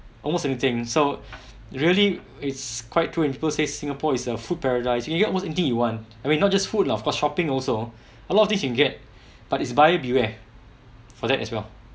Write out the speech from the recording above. almost anything so really it's quite true when people say singapore is a food paradise you can get almost anything you want I mean not just food lah of course shopping also a lot of things can get but is buy it beware for that as well